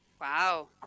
Wow